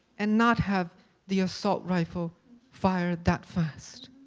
and not have the assault rifle fire that fast.